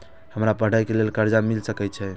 हमरा पढ़े के लेल कर्जा मिल सके छे?